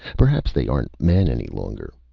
perhaps they aren't men any longer.